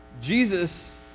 Jesus